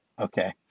okay